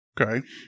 Okay